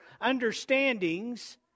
understandings